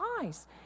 eyes